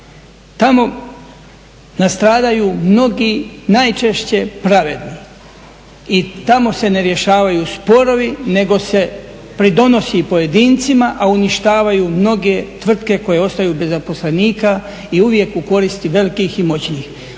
Tamo nastradaju mnogi, najčešće pravedni i tamo se ne rješavaju sporovi, nego se pridonosi pojedincima, a uništavaju mnoge tvrtke koje ostaju bez zaposlenika i uvijek u korist velikih i moćnih.